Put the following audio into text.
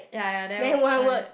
ya ya then what